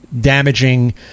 damaging